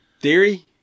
theory